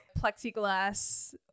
Plexiglass